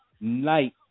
night